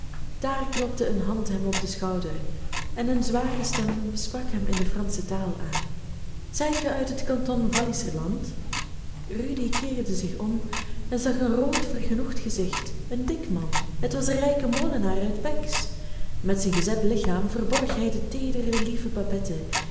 daar klopte een hand hem op den schouder en een zware stem sprak hem in de fransche taal aan zijt ge uit het kanton walliserland rudy keerde zich om en zag een rood vergenoegd gezicht een dik man het was de rijke molenaar uit bex met zijn gezet lichaam verborg hij de teedere lieve